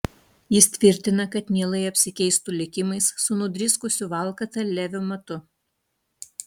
jis tvirtina kad mielai apsikeistų likimais su nudriskusiu valkata leviu matu